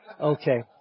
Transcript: Okay